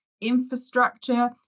infrastructure